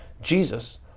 Jesus